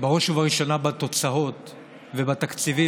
בראש ובראשונה בתוצאות ובתקציבים.